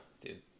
dude